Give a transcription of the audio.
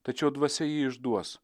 tačiau dvasia jį išduos